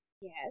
Yes